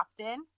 often